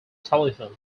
telephone